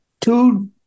two